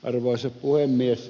arvoisa puhemies